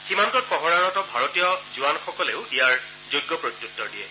সীমান্তত পহৰাৰত ভাৰতীয় জোৱানসকলেও ইয়াৰ যোগ্য প্ৰত্যুত্তৰ দিয়ে